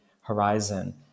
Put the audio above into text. horizon